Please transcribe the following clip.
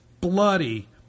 bloody